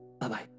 bye-bye